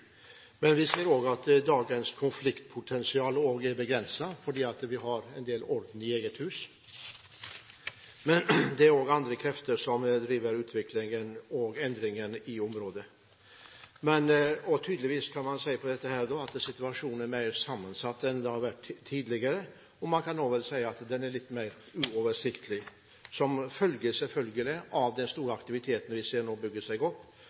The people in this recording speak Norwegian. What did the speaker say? Men dagens konfliktpotensial er begrenset, fordi vi har en del i orden i eget hus. Men det er også andre krefter som driver utviklingen og endringen i området. Man kan vel si at situasjonen er mer sammensatt enn den har vært tidligere, og også at den er litt mer uoversiktlig, selvfølgelig som følge av den store aktiviteten vi nå ser bygger seg opp,